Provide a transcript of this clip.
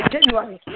January